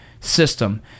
system